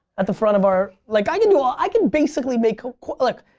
at the front of our. like i you know i could basically make ah courtney. like